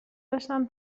داشتم